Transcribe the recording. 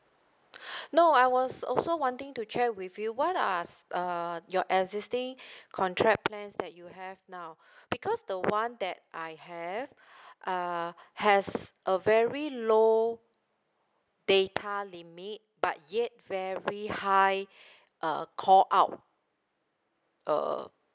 no I was also wanting to check with you what are s~ uh your existing contract plans that you have now because the one that I have uh has a very low data limit but yet very high uh call out err